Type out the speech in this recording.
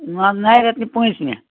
نہَ نَیہِ رٮ۪تہٕ نہِ پٲنٛژمہِ